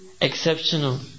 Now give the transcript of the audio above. exceptional